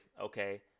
okay